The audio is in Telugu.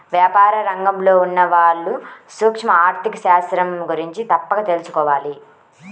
వ్యాపార రంగంలో ఉన్నవాళ్ళు సూక్ష్మ ఆర్ధిక శాస్త్రం గురించి తప్పక తెలుసుకోవాలి